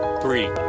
three